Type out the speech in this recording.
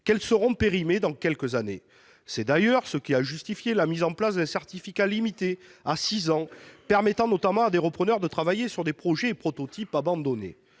qu'elles seront périmées quelques années après. C'est d'ailleurs ce qui a justifié la mise en place d'un certificat limité à six ans, permettant notamment à des repreneurs de travailler sur des projets et prototypes abandonnés.